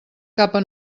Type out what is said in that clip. capa